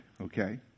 okay